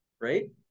right